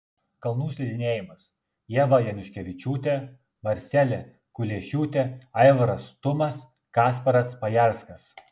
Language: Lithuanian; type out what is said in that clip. kalnų slidinėjimas ieva januškevičiūtė marcelė kuliešiūtė aivaras tumas kasparas pajarskas